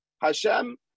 Hashem